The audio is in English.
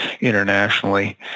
internationally